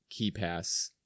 keypass